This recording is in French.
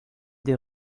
des